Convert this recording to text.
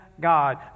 God